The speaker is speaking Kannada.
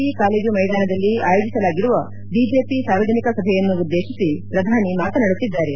ಇ ಕಾಲೇಜು ಮೈದಾನದಲ್ಲಿ ಆಯೋಜಿಸಲಾಗಿರುವ ಬಿಜೆಪಿ ಸಾರ್ವಜನಿಕ ಸಭೆಯನ್ನು ಉದ್ದೇಶಿಸಿ ಪ್ರಧಾನಿ ಮಾತನಾಡುತ್ತಿದ್ದಾರೆ